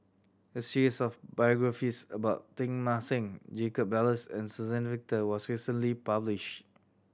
a series of biographies about Teng Mah Seng Jacob Ballas and Suzann Victor was recently published